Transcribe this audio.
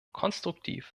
konstruktiv